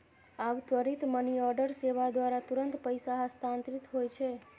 आब त्वरित मनीऑर्डर सेवा द्वारा तुरंत पैसा हस्तांतरित होइ छै